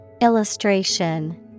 Illustration